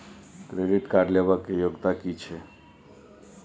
Credit card लेबै के योग्यता कि छै?